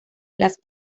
las